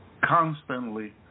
constantly